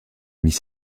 mis